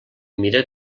mira